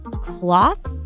Cloth